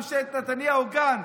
ממשלת נתניהו-גנץ.